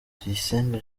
tuyisenge